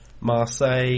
Marseille